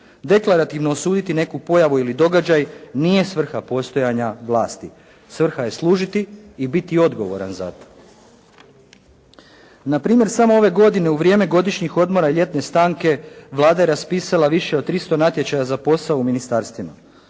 Deklarativno osuditi neku pojavu ili događaj nije svrha postojanja vlasti. Svrha je služiti i biti odgovoran za to. Na primjer samo ove godine u vrijeme godišnjih odmora i ljetne stanke Vlada je raspisala više od 300 natječaja za posao u ministarstvima.